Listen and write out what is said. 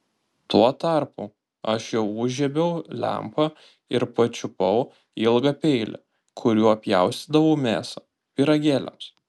tuo tarpu aš jau užžiebiau lempą ir pačiupau ilgą peilį kuriuo pjaustydavau mėsą pyragėliams